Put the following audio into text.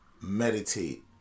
meditate